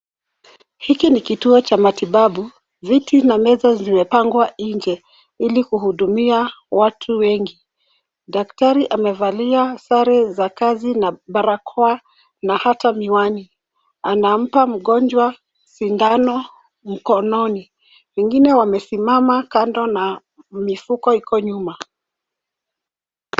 Hiki ni kituo cha matibabu. Viti na meza zimepangwa nje ili kuhudumia watu wengi. Daktari amevalia sare za kazi na barakoa na hata miwani. Anampa mgonjwa sindano mkononi. Wengine wamesimama kando na mifuko iko nyuma.